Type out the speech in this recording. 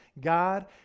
God